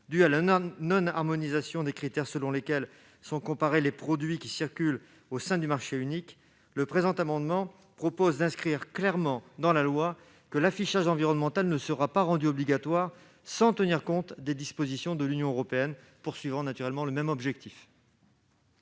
due à la non-harmonisation des critères selon lesquels sont comparés les produits qui circulent au sein du marché unique, le présent amendement vise à inscrire clairement dans la loi que l'affichage environnemental ne peut être rendu obligatoire sans tenir compte des éventuelles dispositions de l'Union européenne visant le même objectif.